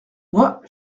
moi